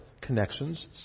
connections